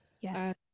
Yes